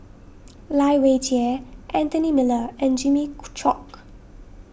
Lai Weijie Anthony Miller and Jimmy Chok